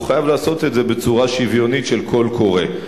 והוא חייב לעשות את זה בצורה שוויונית של קול קורא.